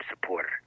supporter